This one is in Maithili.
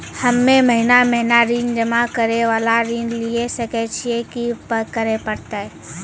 हम्मे महीना महीना ऋण जमा करे वाला ऋण लिये सकय छियै, की करे परतै?